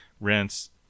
rinse